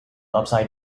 upside